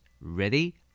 Ready